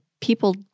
people